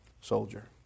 soldier